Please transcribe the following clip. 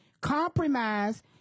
compromise